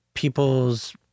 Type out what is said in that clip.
People's